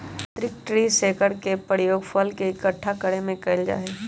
यांत्रिक tree shaker के प्रयोग फल के इक्कठा करे में कइल जाहई